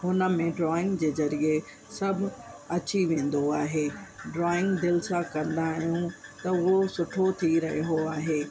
उनमें ड्रॉइंग जे ज़रिए सभु अची वेंदो आहे ड्रॉइंग दिलि सां कंदा आहियूं त उहो सुठो थी रहियो आहे